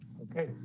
okay,